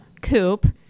Coupe